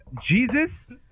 Jesus